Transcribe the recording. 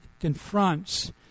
confronts